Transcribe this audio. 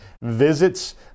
visits